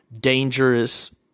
dangerous